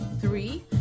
three